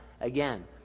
again